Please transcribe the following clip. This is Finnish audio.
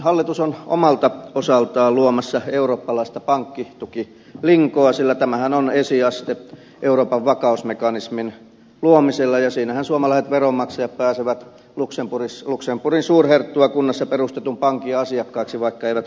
hallitus on omalta osaltaan luomassa eurooppalaista pankkitukilinkoa sillä tämähän on esiaste euroopan vakausmekanismin luomiselle ja siinähän suomalaiset veronmaksajat pääsevät luxemburgin suurherttua kunnassa perustetun pankin asiakkaiksi vaikka eivät haluakaan